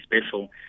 special